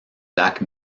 lac